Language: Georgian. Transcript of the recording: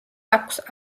აქვს